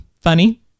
funny